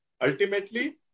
Ultimately